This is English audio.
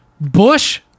Bush